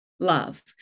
Love